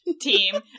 team